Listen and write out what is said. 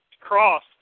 cross